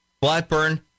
Blackburn